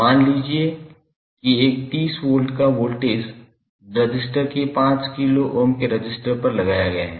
मान लीजिए कि एक 30 वोल्ट का वोल्टेज रजिस्टर के 5 किलो ओम के रजिस्टर पर लगाया जाता है